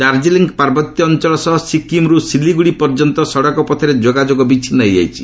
ଦାର୍ଜିଲିଂ ପାର୍ବତ୍ୟ ଅଞ୍ଚଳ ସହ ସିକ୍ରିମ୍ର୍ ସିଲିଗ୍ରଡ଼ି ପର୍ଯ୍ୟନ୍ତ ସଡ଼କ ପଥରେ ଯୋଗାଯୋଗ ବିଚ୍ଛିନ୍ନ ହୋଇଯାଇଛି